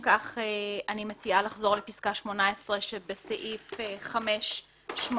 אם כך אני מציעה לחזור לפסקה (18) שבסעיף 585א